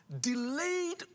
delayed